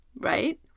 right